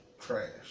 trash